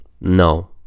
No